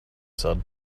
said